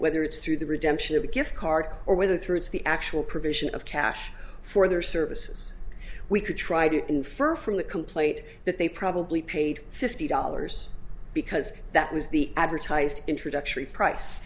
whether it's through the redemption of a gift card or whether through the actual provision of cash for their services we could try to infer from the complaint that they probably paid fifty dollars because that was the advertised introductory price